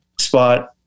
spot